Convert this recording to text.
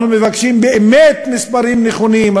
אנחנו מבקשים באמת מספרים נכונים,